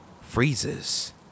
freezes